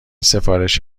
سفارش